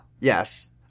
Yes